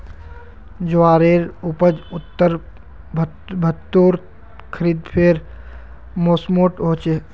ज्वारेर उपज उत्तर भर्तोत खरिफेर मौसमोट होचे